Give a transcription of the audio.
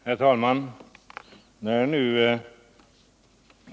Herr talman!